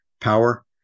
power